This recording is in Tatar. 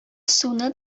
суны